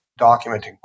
documenting